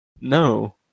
No